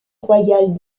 royal